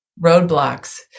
roadblocks